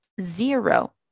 zero